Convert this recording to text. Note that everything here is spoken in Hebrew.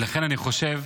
לכן אני חושב,